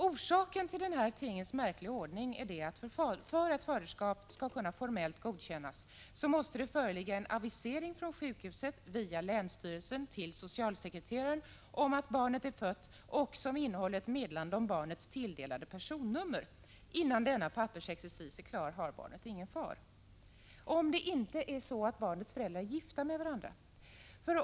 Orsaken till denna märkliga tingens ordning är att det, för att faderskap skall kunna formellt godkännas, måste föreligga en avisering från sjukhuset via länsstyrelsen till socialsekreteraren om att barnet är fött, med meddelande om barnets tilldelade personnummer. Innan denna pappersexercis är klar har barnet ingen far. Detta gäller dock endast om det inte är så att barnets föräldrar är gifta med varandra.